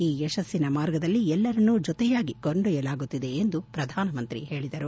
ಈ ಯಶಸ್ನಿನ ಮಾರ್ಗದಲ್ಲಿ ಎಲ್ಲರನ್ನೂ ಜೊತೆಯಾಗಿ ಕೊಂಡೊಯ್ಟಲಾಗುತ್ತಿದೆ ಎಂದು ಪ್ರಧಾನಮಂತ್ರಿ ಹೇಳಿದರು